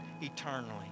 eternally